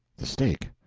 the stake!